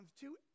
two